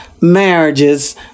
marriages